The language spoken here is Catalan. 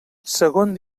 segon